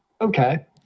Okay